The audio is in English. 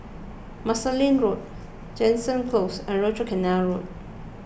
Marsiling Road Jansen Close and Rochor Canal Road